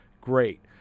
great